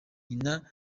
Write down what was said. nyina